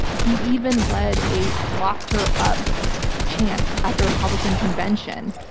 he even led a lock her up chant at the republican convention,